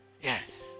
Yes